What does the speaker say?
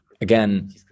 Again